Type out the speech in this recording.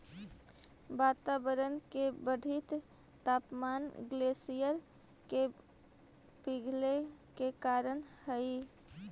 वातावरण के बढ़ित तापमान ग्लेशियर के पिघले के कारण हई